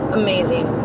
amazing